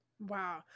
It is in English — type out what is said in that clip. Wow